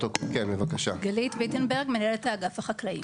גלית ויטנברג, מנהלת האגף החקלאי.